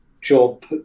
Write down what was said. job